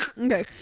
Okay